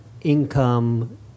income